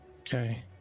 Okay